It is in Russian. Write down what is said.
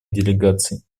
делегаций